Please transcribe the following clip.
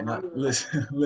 Listen